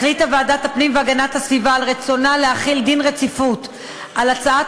החליטה ועדת הפנים והגנת הסביבה על רצונה להחיל דין רציפות על הצעת